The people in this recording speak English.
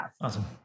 Awesome